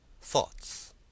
Thoughts